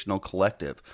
collective